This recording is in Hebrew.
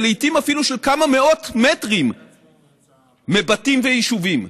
ולעיתים אפילו של כמה מאות מטרים מבתים ויישובים.